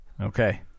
Okay